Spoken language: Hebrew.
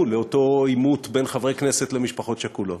לאותו עימות בין חברי כנסת למשפחות שכולות.